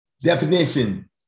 Definition